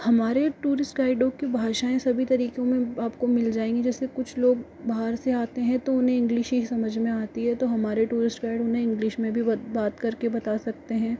हमारे टूरिस्ट गाइडों की भाषाएँ सभी तरीकों में आपको मिल जाएंगी जैसे कुछ लोग बाहर से आते हैं तो उन्हें इंग्लिश ही समझ में आती है तो हमारे टूरिस्ट गाइड उन्हें इंग्लिश में भी बात करके बता सकते हैं